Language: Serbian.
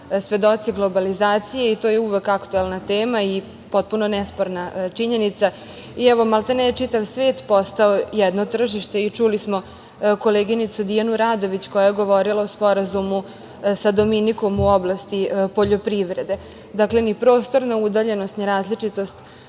svedoci globalizacije i to je uvek aktuelna tema i potpuno nesporna činjenica i evo maltene je čitav svet posao jedno tržište. Čuli smo koleginicu Dijanu Radović koja je govorila o sporazumu sa Dominikom u oblasti poljoprivrede. Dakle, ni prostorna udaljenost, ni različitost